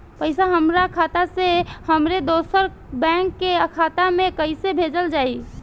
पैसा हमरा खाता से हमारे दोसर बैंक के खाता मे कैसे भेजल जायी?